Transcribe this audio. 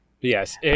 Yes